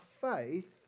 faith